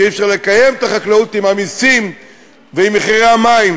ואי-אפשר לקיים את החקלאות עם המסים ועם מחירי המים.